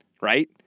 right